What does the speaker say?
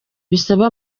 bisaba